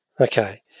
Okay